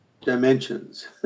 dimensions